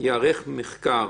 ייערך מחקר